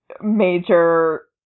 major